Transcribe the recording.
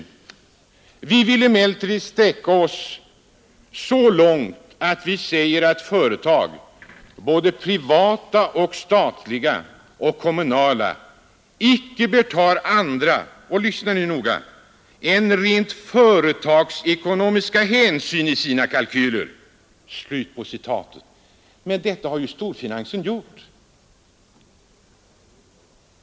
Vi vill emellertid sträcka oss så långt, att vi säger att företag — både privata, statliga och kommunala — icke bör ta andra” — lyssna nu noga — ”än rent företagsekonomiska hänsyn i sina kalkyler.” Men detta har ju storfinansen gjort.